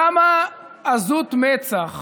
כמה עזות מצח